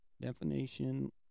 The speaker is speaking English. definition